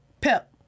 Pep